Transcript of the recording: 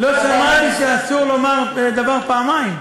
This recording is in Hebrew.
לא שמעתי שאסור לומר דבר פעמיים.